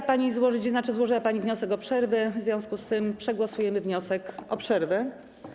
Chciała pani złożyć, tzn. złożyła pani wniosek o przerwę, w związku z tym przegłosujemy wniosek o przerwę.